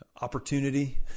opportunity